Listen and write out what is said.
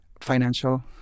Financial